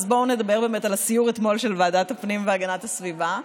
אז בואו נדבר על הסיור אתמול של ועדת הפנים והגנת הסביבה.